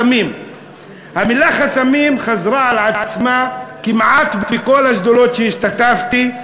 המילה "חסמים" חזרה כמעט בכל השדולות שהשתתפתי בהן,